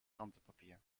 krantenpapier